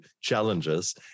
challenges